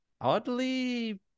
Oddly